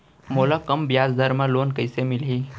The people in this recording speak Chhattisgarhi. मोला कम ब्याजदर में लोन कइसे मिलही?